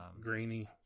Grainy